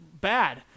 bad